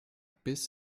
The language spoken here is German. biss